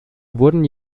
wurden